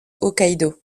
hokkaidō